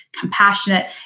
compassionate